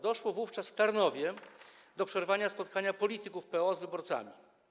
Doszło wówczas w Tarnowie do przerwania spotkania polityków PO z wyborcami.